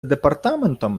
департаментом